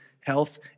health